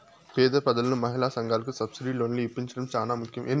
పేద ప్రజలకు మహిళా సంఘాలకు సబ్సిడీ లోన్లు ఇప్పించడం చానా ముఖ్యం